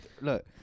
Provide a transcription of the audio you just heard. look